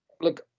look